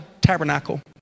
Tabernacle